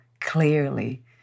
clearly